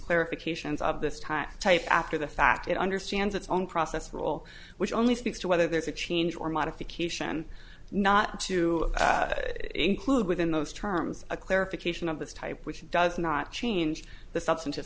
clarifications of this time type after the fact it understands its own process role which only speaks to whether there's a change or modification not to include within those terms a clarification of this type which does not change the substantive